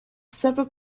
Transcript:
several